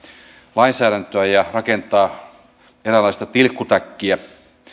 lainsäädäntöä ja rakentaa eräänlaista tilkkutäkkiä